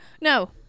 No